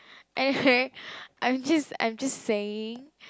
anyway I am just I am just saying